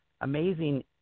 amazing